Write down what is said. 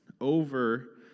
over